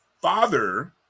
father